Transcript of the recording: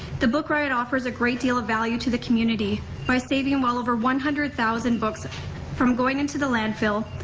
the book riot offers a great deal of value to the community by saving well over one hundred thousand books from going into the landfill,